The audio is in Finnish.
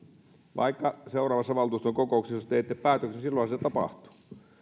vaikka seuraavassa valtuuston kokouksessa jos teette päätöksen silloinhan se tapahtuu